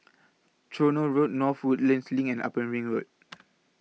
Tronoh Road North Woodlands LINK and Upper Ring Road